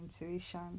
intuition